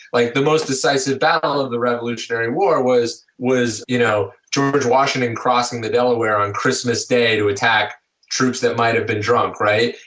like the decisive battle of the revolutionary war was was you know george washington crossing the delaware on christmas day to attack troops that might have been drunk, right.